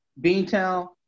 Beantown